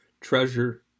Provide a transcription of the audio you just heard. treasure